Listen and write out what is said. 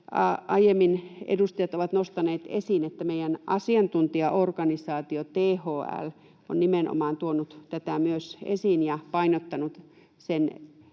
aiemmin edustajat ovat nostaneet esiin, myös meidän asiantuntijaorganisaatio THL on nimenomaan tuonut tätä esiin ja painottanut sen